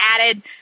added